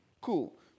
cool